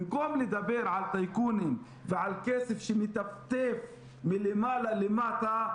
במקום לדבר על טייקונים ועל כסף שמטפטף מלמעלה למטה,